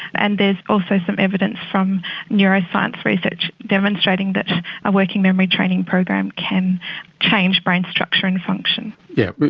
and there's also some evidence from neuroscience research demonstrating that a working memory training program can change brain structure and function. yes,